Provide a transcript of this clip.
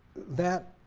that